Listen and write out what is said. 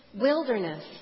wilderness